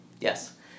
Yes